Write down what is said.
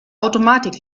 automatik